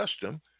custom